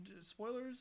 spoilers